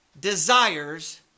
desires